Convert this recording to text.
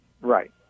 right